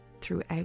throughout